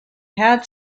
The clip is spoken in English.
had